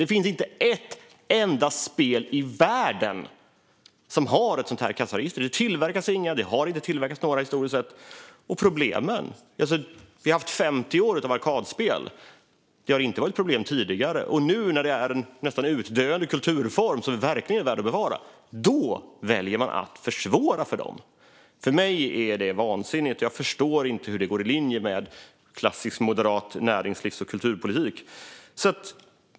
Det finns inte ett enda spel i världen som har ett sådant kassaregister. Det tillverkas inga sådana. Det har inte tillverkats några sådana historiskt sett. Vi har haft 50 år av arkadspel, och det har inte varit problem tidigare. Nu, när detta är en nästan utdöende kulturform som verkligen är värd att bevara, väljer regeringen att försvåra för dem! För mig är detta vansinnigt, och jag förstår inte hur det går ihop med klassisk moderat näringslivs och kulturpolitik.